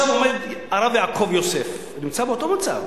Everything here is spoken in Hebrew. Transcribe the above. עכשיו עומד הרב יעקב יוסף, נמצא באותו מצב.